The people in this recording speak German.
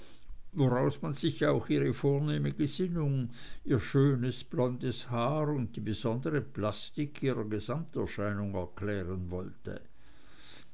woraus man sich auch ihre vornehme gesinnung ihr schönes blondes haar und die besondere plastik ihrer gesamterscheinung erklären wollte